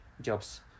jobs